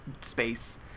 space